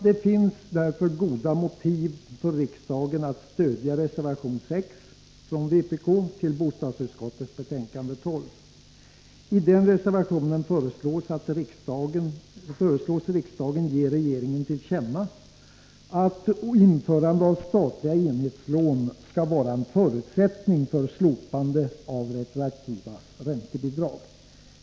Det finns därför goda motiv för riksdagen att stödja reservation 6 från vpk till bostadsutskottets betänkande 12. I denna reservation föreslås riksdagen ge regeringen till känna att införande av statliga enhetslån skall vara en förutsättning för slopande av retroaktiva räntebidrag.